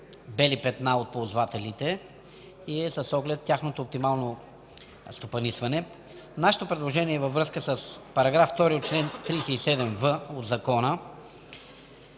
„бели петна” от ползвателите и e с оглед тяхното оптимално стопанисване. Нашето предложение е във връзка с § 2 от чл. 37в от Закона